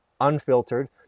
Unfiltered